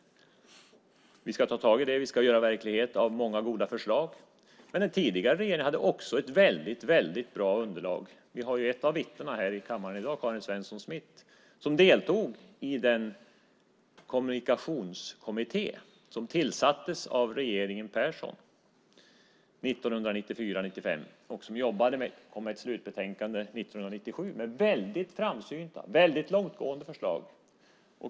Vi ska ta tag i det och göra verklighet av många goda förslag. Den tidigare regeringen hade också ett väldigt bra underlag. Vi har ett vittne i kammaren i dag, nämligen Karin Svensson Smith som deltog i den kommunikationskommitté som tillsattes av regeringen Persson 1994-1995 och som kom med ett slutbetänkande 1997 med väldigt framsynta och långtgående förslag.